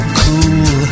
cool